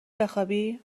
بخوابی